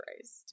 Christ